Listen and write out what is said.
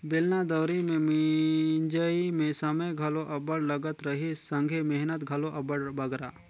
बेलना दउंरी मे मिंजई मे समे घलो अब्बड़ लगत रहिस संघे मेहनत घलो अब्बड़ बगरा